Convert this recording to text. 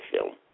film